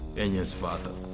enya's father.